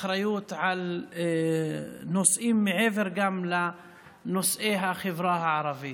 אחריות גם על נושאים שמעבר לנושא החברה הערבית.